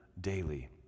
daily